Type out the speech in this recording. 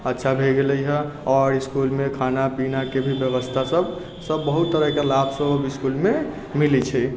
अच्छा भऽ गेलैए आओर इसकुलमे खाना पीनाके भी बेबस्थासब सब बहुत तरहके लाभसब अब इसकुलमे मिलै छै